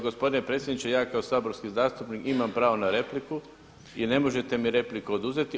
Gospodine predsjedniče, ja kao saborski zastupnik imam pravo na repliku i ne možete mi repliku oduzeti.